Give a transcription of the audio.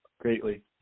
greatly